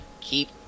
keep